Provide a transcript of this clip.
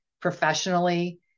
professionally